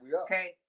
Okay